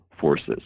forces